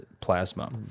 plasma